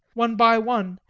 one by one,